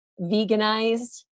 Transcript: veganized